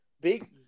big